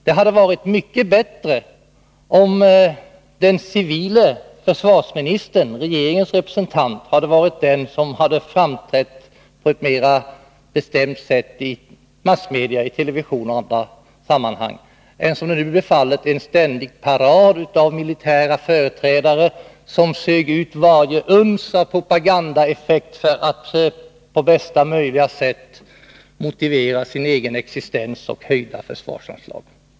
Det hade varit mycket bättre om den civile försvarsministern, regeringens representant, hade varit den som framträtt på ett bestämt sätt i massmedia, i televisionen och i andra sammanhang, än den — som det nu blev — ständiga paraden av militära företrädare, som sög ut varje uns av propagandaeffekt för att på bästa möjliga sätt motivera sin egen existens och höjda försvarsanslag.